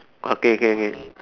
okay can can